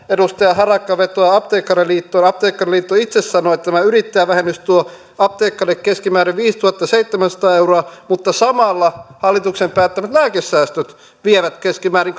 edustaja harakka vetoaa apteekkariliittoon niin apteekkariliitto itse sanoo että tämä yrittäjävähennys tuo apteekkarille keskimäärin viisituhattaseitsemänsataa euroa mutta samalla hallituksen päättämät lääkesäästöt vievät keskimäärin